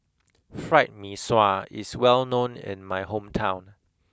Fried Mee Sua is well known in my hometown